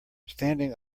standing